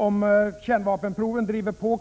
Om kärnvapenproven driver på